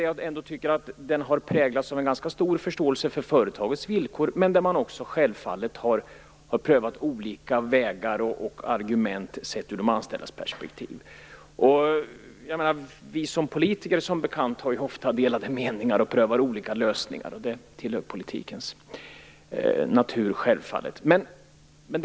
Jag tycker ändå att den har präglats av en ganska stor förståelse för företagets villkor, men det har självfallet också prövats olika vägar och argument sett ur de anställdas perspektiv. Vi som politiker har som bekant ofta delade meningar och prövar olika lösningar. Det tillhör självfallet politikens natur.